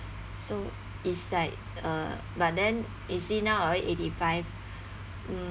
so it's like uh but then you see now already eighty five mm